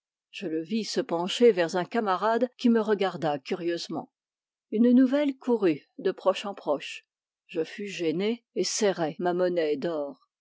je le vis se pencher vers un camarade qui me regarda curieusement une nouvelle courut de proche en proche je fus gêné et serrai ma monnaie d'or